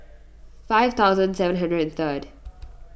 five thousand seven hundred and third